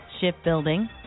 shipbuilding